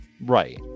Right